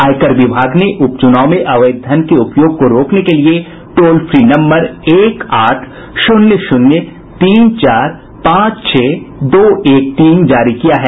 आयकर विभाग ने उपचुनाव में अवैध धन के उपयोग को रोकने के लिये टोल फ्री नम्बर एक आठ शून्य शून्य तीन चार पांच छह दो एक तीन जारी किया है